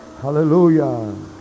Hallelujah